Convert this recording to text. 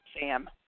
Sam